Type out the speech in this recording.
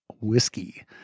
whiskey